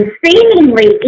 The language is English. seemingly